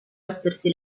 essersi